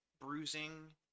bruising